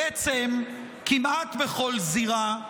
בעצם, כמעט בכל זירה.